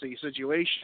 situation